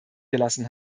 gelassen